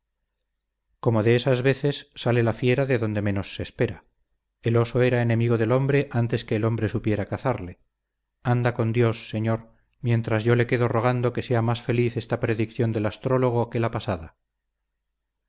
como de esas veces sale la fiera de donde menos se espera el oso era enemigo del hombre antes que el hombre supiera cazarle anda con dios señor mientras yo le quedo rogando que sea más feliz esta predicción del astrólogo que la pasada